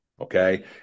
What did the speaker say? okay